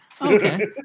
Okay